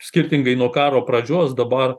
skirtingai nuo karo pradžios dabar